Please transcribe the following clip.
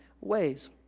ways